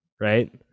right